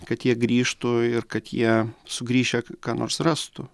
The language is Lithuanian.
kad jie grįžtų ir kad jie sugrįžę k ką nors rastų